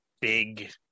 big